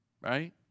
right